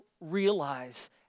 realize